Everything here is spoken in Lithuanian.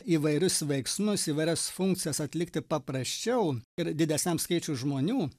įvairius veiksmus įvairias funkcijas atlikti paprasčiau ir didesniam skaičiui žmonių